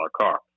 car